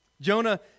Jonah